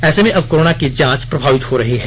ऐसे में अब कोरोना की जांच प्रभावित हो रही है